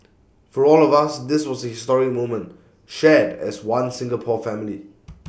for all of us this was A historic moment shared as One Singapore family